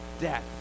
death